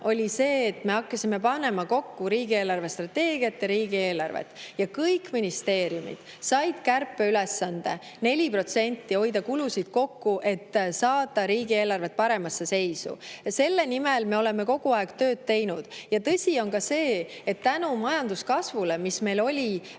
seda, et me hakkasime panema kokku riigi eelarvestrateegiat ja riigieelarvet ja kõik ministeeriumid said kärpeülesande: 4% hoida kulusid kokku, et saada riigieelarve paremasse seisu. Selle nimel me oleme kogu aeg tööd teinud. Ja tõsi on ka see, et tänu majanduskasvule, mis meil oli